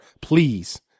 Please